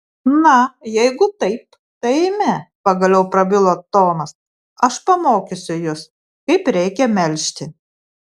na jeigu taip tai eime pagaliau prabilo tomas aš pamokysiu jus kaip reikia melžti